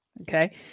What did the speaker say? Okay